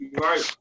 right